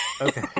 Okay